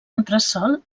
entresòl